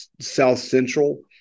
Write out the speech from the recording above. south-central